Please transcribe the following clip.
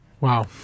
Wow